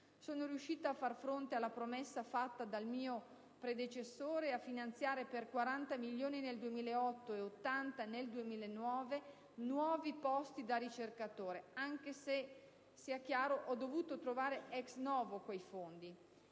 Sono riuscita a far fronte alla promessa fatta dal mio predecessore e a finanziare, per 40 milioni di euro nel 2008 e 80 nel 2009, nuovi posti da ricercatore, anche se, sia chiaro, ho dovuto trovare *ex novo* quei fondi.